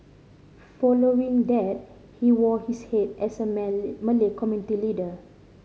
following that he wore his hat as a Malay community leader